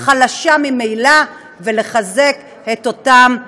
החלשה ממילא, ולחזק את אותם,